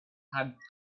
had